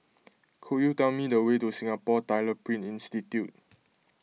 could you tell me the way to Singapore Tyler Print Institute